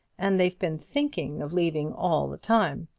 and they've been thinking of leaving all the time.